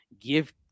give